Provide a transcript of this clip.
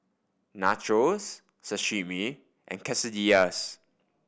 Nachos Sashimi and Quesadillas